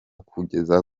kugeza